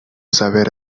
saber